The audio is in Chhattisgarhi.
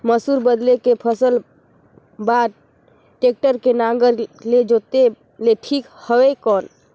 मसूर बदले के फसल बार टेक्टर के नागर ले जोते ले ठीक हवय कौन?